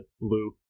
blue